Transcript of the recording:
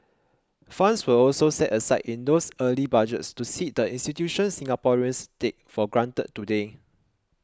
funds were also set aside in those early Budgets to seed the institutions Singaporeans take for granted today